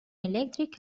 electric